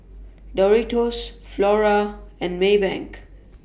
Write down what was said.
Doritos Flora and Maybank